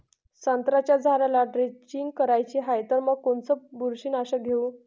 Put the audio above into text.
संत्र्याच्या झाडाला द्रेंचींग करायची हाये तर मग कोनच बुरशीनाशक घेऊ?